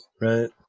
right